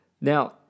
Now